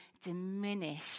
diminish